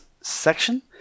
section